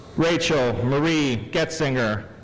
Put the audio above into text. racheal marie goetzinger.